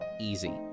easy